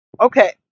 Okay